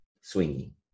swinging